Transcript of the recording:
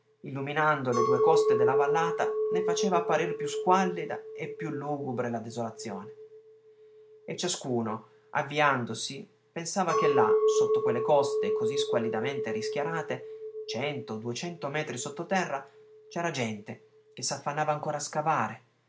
illuminando le due coste della vallata ne faceva apparir più squallida e più lugubre la desolazione e ciascuno avviandosi pensava che là sotto quelle coste così squallidamente rischiarate cento duecento metri sottoterra c'era gente che s'affannava ancora a scavare